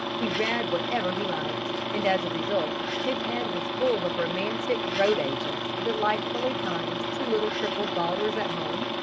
he read whatever he liked, and as a result, his head was full of romantic road-agents delightfully kind to little crippled daughters at home,